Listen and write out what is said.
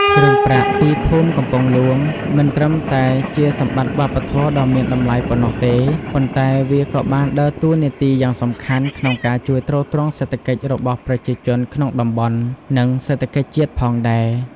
គ្រឿងប្រាក់ពីភូមិកំពង់ហ្លួង មិនត្រឹមតែជាសម្បត្តិវប្បធម៌ដ៏មានតម្លៃប៉ុណ្ណោះទេ ប៉ុន្តែវាក៏បានដើរតួនាទីយ៉ាងសំខាន់ក្នុងការជួយទ្រទ្រង់សេដ្ឋកិច្ចរបស់ប្រជាជនក្នុងតំបន់ និងសេដ្ឋកិច្ចជាតិផងដែរ។